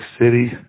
City